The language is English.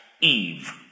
Eve